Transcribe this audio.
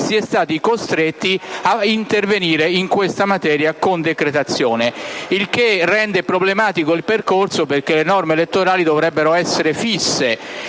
si è stati costretti a intervenire in questa materia con decretazione, il che rende problematico il percorso perché le norme elettorali dovrebbero essere fisse